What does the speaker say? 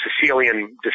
Sicilian